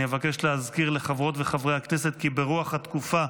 אני אבקש להזכיר לחברות וחברי הכנסת כי ברוח התקופה,